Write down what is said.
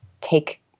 take